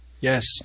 Yes